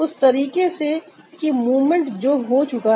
उस तरीके से कि मूवमेंट जो हो चुका है